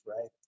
right